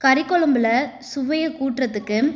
கறி கொழம்பில் சுவையை கூற்றத்துக்கு